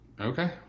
Okay